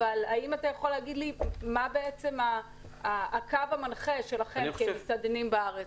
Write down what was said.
אבל רצוי שיהיה קו מנחה אחיד של המסעדנים בארץ.